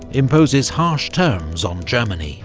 imposes harsh terms on germany